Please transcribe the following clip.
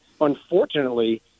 unfortunately